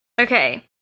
Okay